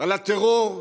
על הטרור נתגבר,